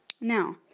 Now